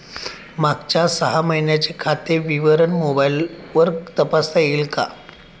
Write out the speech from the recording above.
मागच्या सहा महिन्यांचे खाते विवरण मोबाइलवर तपासता येईल का?